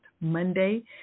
Monday